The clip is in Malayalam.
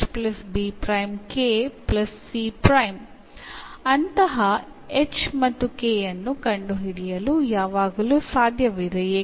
അതു കാരണം അത്തരം എന്നിവ കണ്ടെത്താൻ എല്ലായ്പ്പോഴും സാധ്യമാണ്